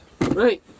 Right